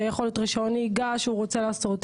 זה יכול להיות רישיון נהיגה שהוא רוצה לעשות,